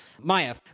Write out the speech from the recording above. Maya